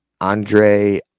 Andre